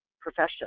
profession